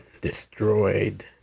destroyed